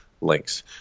links